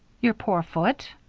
your poor foot?